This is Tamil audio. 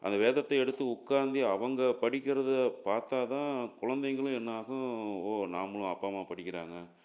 அந்த வேதத்தை எடுத்து உக்காந்து அவங்கப் படிக்கிறது பார்த்தா தான் குழந்தைங்களும் என்ன ஆகும் ஓ நாம்மளும் அப்பா அம்மா படிக்கிறாங்க